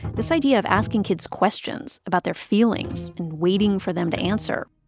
this idea of asking kids questions about their feelings and waiting for them to answer.